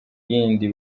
yindi